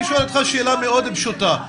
אני שואל אותך שאלה מאוד פשוטה.